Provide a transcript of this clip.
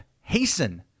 hasten